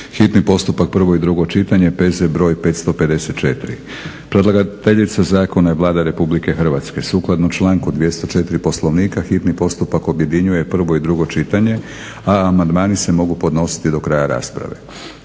hitni postupak, prvo i drugo čitanje, P.Z.E. br. 554; Predlagateljica zakona je Vlada Republike Hrvatske. Sukladno članku 204. Poslovnika hitni postupak objedinjuje prvo i drugo čitanje a amandmani se mogu podnositi do kraja rasprave.